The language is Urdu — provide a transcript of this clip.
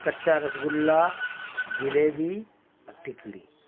کچا رسگلا جلیبی اور ٹکلی